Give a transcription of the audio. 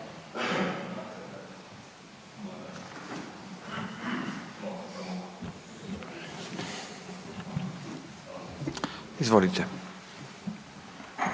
Izvolite.